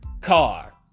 car